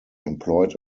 employed